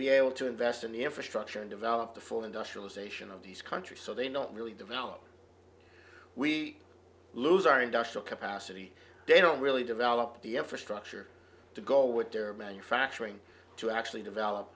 be able to invest in the infrastructure and develop the full industrialization of these countries so they don't really develop we lose our industrial capacity they don't really develop the effort structure to go fracturing to actually develop